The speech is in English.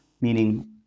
meaning